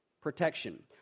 protection